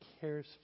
cares